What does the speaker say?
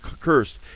cursed